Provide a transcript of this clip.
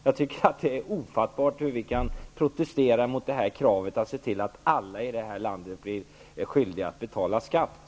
Jag tycker att det är ofattbart hur någon kan protestera mot kravet att alla här i landet skall bli skyldiga att betala skatt.